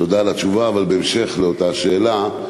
תודה על התשובה, אבל בהמשך לאותה שאלה: